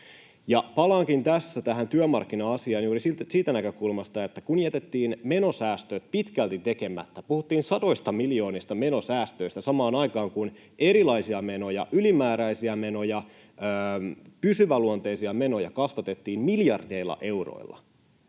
palaankin tässä tähän työmarkkina-asiaan juuri siitä näkökulmasta, että jätettiin menosäästöt pitkälti tekemättä. Puhuttiin satojen miljoonien menosäästöistä samaan aikaan, kun erilaisia menoja, ylimääräisiä menoja, pysyväluonteisia menoja kasvatettiin miljardeilla euroilla,